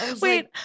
Wait